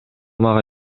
мага